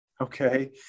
Okay